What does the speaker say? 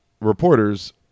reporters